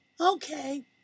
okay